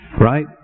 right